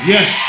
Yes